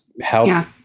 help